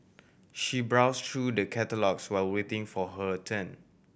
she browse through the catalogues while waiting for her turn